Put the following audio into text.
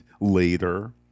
Later